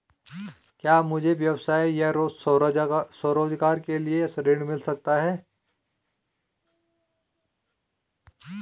क्या मुझे व्यवसाय या स्वरोज़गार के लिए ऋण मिल सकता है?